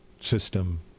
system